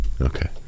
Okay